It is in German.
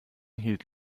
hielt